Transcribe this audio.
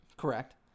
correct